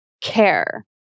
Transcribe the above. care